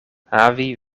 havi